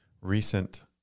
recent